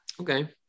Okay